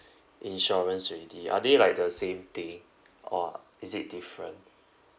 insurance already are they like the same thing or is it different